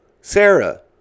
Sarah